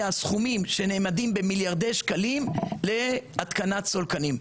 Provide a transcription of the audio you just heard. סכומים שנאמדים במיליארדי שקלים להתקנת סולקנים.